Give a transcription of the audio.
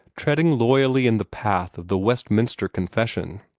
treading loyally in the path of the westminster confession.